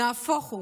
נהפוך הוא,